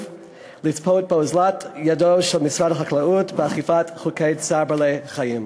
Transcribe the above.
לצפות באוזלת ידו של משרד החקלאות באכיפת חוקי צער בעלי-חיים.